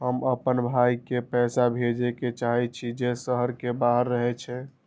हम आपन भाई के पैसा भेजे के चाहि छी जे शहर के बाहर रहे छै